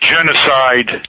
Genocide